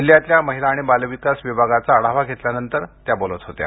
जिल्ह्यातला महिला आणि बालविकास विभागाचा आढावा घेतल्यानंतर त्या बोलत होत्या